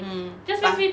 mm bah